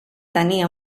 tenia